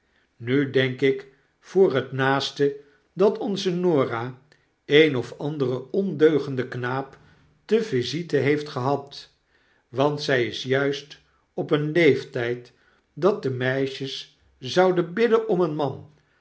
nu denk ik voor het naaste dat onze norah een of anderen ondeugenden knaap te visite heeft gehad want zij is juist op een leeftijd dat de meisjes zouden bidden om een man